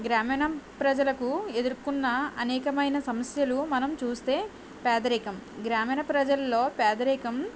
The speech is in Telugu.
గ్రామీణమ్ ప్రజలకు ఎదురుకున్న అనేకమైన సమస్యలు మనం చూస్తే పేదరికం గ్రామీణ ప్రజల్లో పేదరికం